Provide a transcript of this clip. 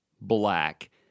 black